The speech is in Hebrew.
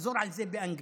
תחזור על זה באנגלית,